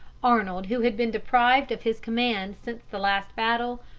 arnold, who had been deprived of his command since the last battle,